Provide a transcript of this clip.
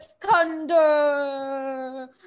thunder